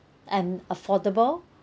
and affordable